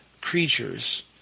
creatures